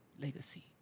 legacy